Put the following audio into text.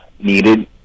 needed